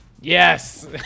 Yes